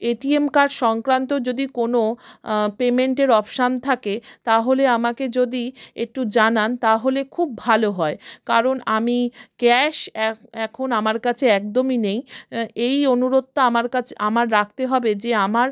এ T M কার সংক্রান্ত যদি কোনো পেমেন্টের অপশন থাকে তাহলে আমাকে যদি একটু জানান তাহলে খুব ভালো হয় কারণ আমি ক্যাশ এখন আমার কাছে একদমই নেই এই অনুরোধটা আমার কাছে আমার রাখতে হবে যে আমার